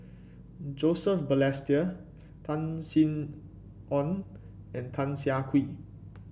Joseph Balestier Tan Sin Aun and Tan Siah Kwee